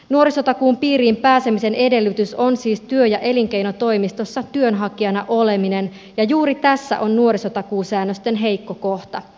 nuorisotakuun piiriin pääsemisen edellytys on siis työ ja elinkeinotoimistossa työnhakijana oleminen ja juuri tässä on nuorisotakuusäännösten heikko kohta